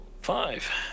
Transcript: Five